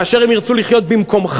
כאשר הם ירצו לחיות במקומך,